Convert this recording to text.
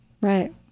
right